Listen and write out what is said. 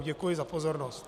Děkuji za pozornost.